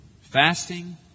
fasting